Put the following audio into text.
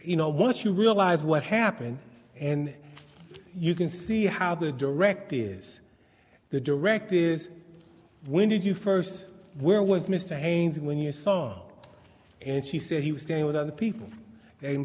you know once you realize what happened and you can see how the direct is the direct is when did you first where was mr haines when you song and she said he was staying with other people